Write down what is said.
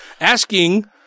asking